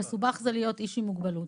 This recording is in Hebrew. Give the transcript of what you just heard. מסובך זה להיות אדם עם מוגבלות.